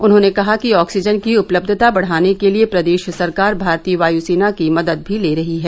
उन्होंने कहा कि ऑक्सीजन की उपलब्धता बढ़ाने के लिये प्रदेश सरकार भारतीय वाय् सेना की मदद भी ले रही है